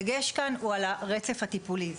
הדגש כאן הוא על הרצף הטיפולי.